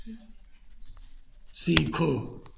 सीखो